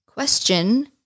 Question